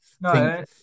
No